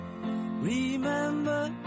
Remember